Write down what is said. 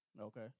Okay